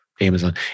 Amazon